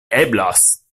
eblas